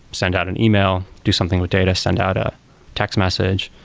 send out an e-mail, do something with data, send out a text message,